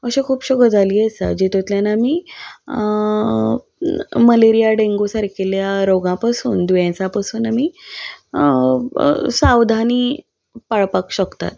अश्यो खुबश्यो गजाली आसा जेतूंतल्यान आमी मलेरिया डेंगू सारकिल्ल्या रोगां पासून दुयेंसा पसून आमी सावधानी पाळपाक शकतात